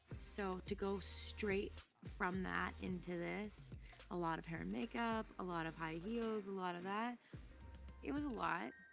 so to go straight from that into this a lot of hair and makeup, a lot of high heels, a lot of that it was a lot.